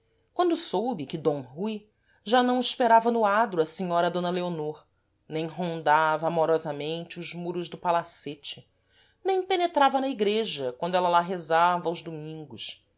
quando soube que d rui já não esperava no adro a senhora d leonor nem rondava amorosamente os muros do palacete nem penetrava na igreja quando ela lá rezava aos domingos